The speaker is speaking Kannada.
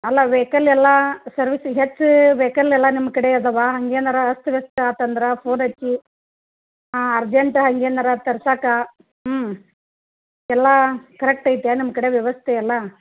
ಅಲ್ಲ ವೆಯ್ಕಲ್ ಎಲ್ಲ ಸರ್ವಿಸ್ ಹೆಚ್ಚು ವೆಯ್ಕಲ್ ಎಲ್ಲ ನಿಮ್ಮ ಕಡೆ ಅದಾವ ಹಂಗೇನರ ಅಸ್ತವ್ಯಸ್ತ ಆತಂದ್ರೆ ಫೋನ್ ಹಚ್ಚಿ ಆ ಅರ್ಜೆಂಟ್ ಹಂಗೇನಾರೂ ತರ್ಸಕ್ಕ ಹ್ಞೂ ಎಲ್ಲ ಕರೆಕ್ಟ್ ಐತ್ಯಾ ನಿಮ್ಮ ಕಡೆ ವ್ಯವಸ್ಥೆ ಎಲ್ಲ